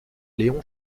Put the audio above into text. léon